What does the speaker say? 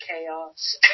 chaos